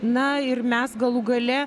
na ir mes galų gale